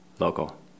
Local